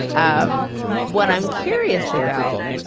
um what i'm curious about.